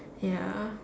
ya